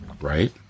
Right